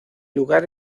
lugar